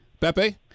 Pepe